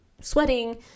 sweating